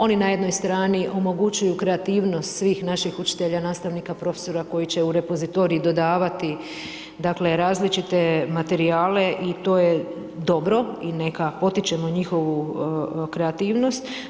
Oni na jednoj strani omogućuju kreativnost svih naših učitelja, nastavnika, profesora koji će u repozitorij dodavati dakle različite materijale i to je dobro i neka potičemo njihovu kreativnost.